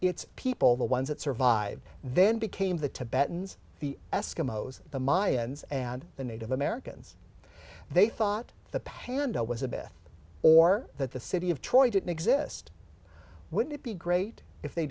its people the ones that survived then became the tibetans the eskimos the mayans and the native americans they thought the panda was a bit or that the city of troy didn't exist wouldn't it be great if they